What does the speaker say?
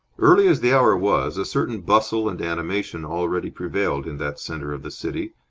early as the hour was, a certain bustle and animation already prevailed in that centre of the city,